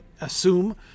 assume